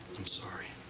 i'm sorry.